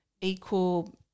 equal